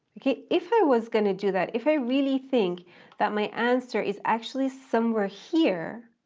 okay, if i was going to do that, if i really think that my answer is actually somewhere here,